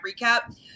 recap